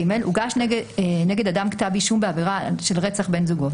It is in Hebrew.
(ג) הוגש נגד אדם כתב אישום בעבירה של רצח בן זוגו,